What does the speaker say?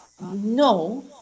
No